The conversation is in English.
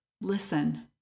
listen